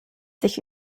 sich